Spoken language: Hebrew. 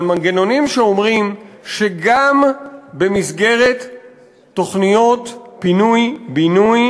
על מנגנונים שאומרים שגם במסגרת תוכניות פינוי-בינוי